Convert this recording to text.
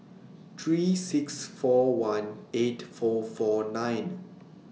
three six four one eight four four nine